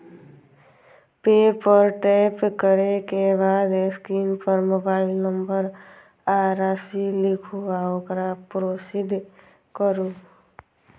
पे पर टैप करै के बाद स्क्रीन पर मोबाइल नंबर आ राशि लिखू आ ओकरा प्रोसीड करू